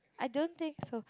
I don't think so